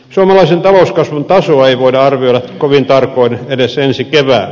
suomalaisen talouskasvun tasoa ei voida arvioida kovin tarkoin edes ensi keväänä